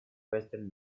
western